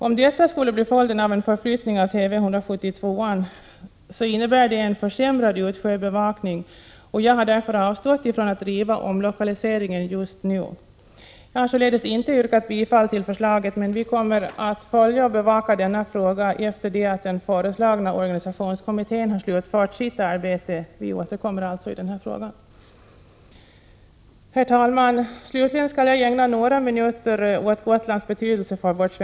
Om detta skulle bli följden av en förflyttning av Tv 172 innebär det en försämrad utsjöbevakning, och därför har jag avstått från att driva frågan om omlokaliseringen just nu. Jag har således inte yrkat bifall till förslaget, men vi kommer att följa och bevaka denna fråga efter det den föreslagna organisationskommittén har slutfört sitt arbete. Vi återkommer alltså i denna fråga. Herr talman! Jag skall ägna några minuter åt Gotlands betydelse för vårt — Prot.